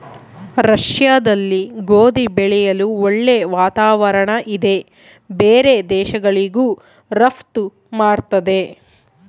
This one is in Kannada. ರಷ್ಯಾದಲ್ಲಿ ಗೋಧಿ ಬೆಳೆಯಲು ಒಳ್ಳೆ ವಾತಾವರಣ ಇದೆ ಬೇರೆ ದೇಶಗಳಿಗೂ ರಫ್ತು ಮಾಡ್ತದೆ